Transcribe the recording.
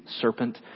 serpent